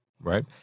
right